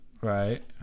right